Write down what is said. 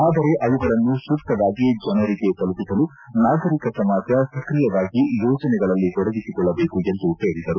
ಆದರೆ ಅವುಗಳನ್ನು ಸೂಕ್ತವಾಗಿ ಜನರಿಗೆ ತಲುಪಿಸಲು ನಾಗರಿಕ ಸಮಾಜ ಸ್ಕ್ರಿಯವಾಗಿ ಯೋಜನೆಗಳಲ್ಲಿ ತೊಡಗಿಸಿಕೊಳ್ಳಬೇಕು ಎಂದು ಹೇಳಿದರು